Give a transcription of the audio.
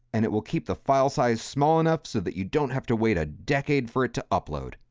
and it will keep the file size small enough so that you don't have to wait a decade for it to upload.